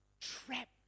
Trap